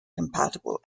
compatible